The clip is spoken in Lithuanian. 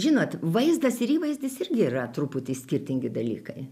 žinot vaizdas ir įvaizdis irgi yra truputį skirtingi dalykai